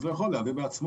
אז הוא יכול להביא בעצמו.